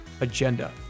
agenda